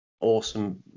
awesome